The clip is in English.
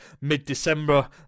mid-December